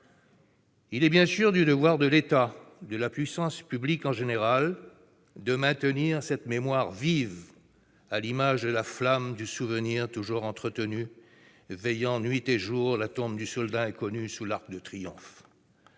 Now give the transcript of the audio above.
Il est bien sûr du devoir de l'État, de la puissance publique en général, de maintenir cette mémoire vive, à l'image de la flamme du souvenir toujours entretenu, veillant nuit et jour la tombe du Soldat inconnu, sous l'Arc de Triomphe.